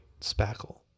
spackle